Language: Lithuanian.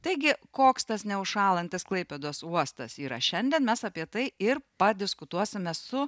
taigi koks tas neužšąlantis klaipėdos uostas yra šiandien mes apie tai ir padiskutuosime su